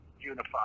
unified